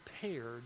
prepared